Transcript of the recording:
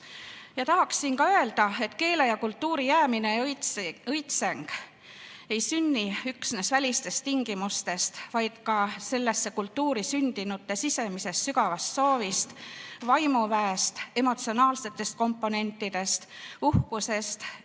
Tahaksin ka öelda, et keele ja kultuuri jäämine ja õitseng ei sünni üksnes välistest tingimustest, vaid ka sellesse kultuuri sündinute sisemisest sügavast soovist, vaimuväest, emotsionaalsetest komponentidest, uhkusest